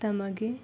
ನಮಗೆ